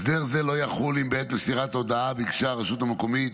הסדר זה לא יחול אם בעת מסירת ההודעה ביקשה הרשות המקומית